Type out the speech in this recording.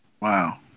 Wow